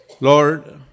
Lord